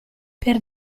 per